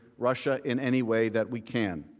russia, in any way that we can.